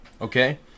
okay